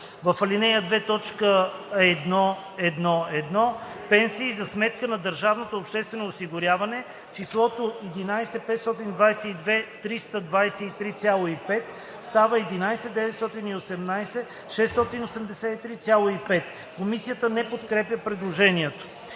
в ал. 2, т. 1.1.1, Пенсии за сметка на държавното обществено осигуряване, числото „11 522 323,5“ става „11 918 683,5“.“ Комисията не подкрепя предложението.